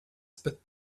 spit